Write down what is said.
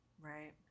Right